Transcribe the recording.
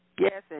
Yes